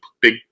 big